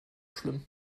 schlimm